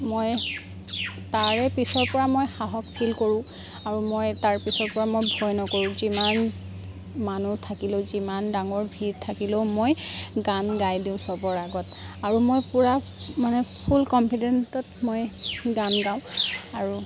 মই তাৰে পিছৰ পৰা মই সাহস ফিল কৰোঁ আৰু মই তাৰপিছৰ পৰা মই ভয় নকৰোঁ যিমান মানুহ থাকিলেও যিমান ডাঙৰ মানুহ ভিৰ থাকিলেও মই গান গাই দিওঁ চবৰ আগত আৰু মই পূৰা মানে ফুল কনফিডেণ্টত মই গান গাওঁ আৰু